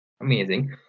Amazing